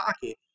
pocket